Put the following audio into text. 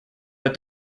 but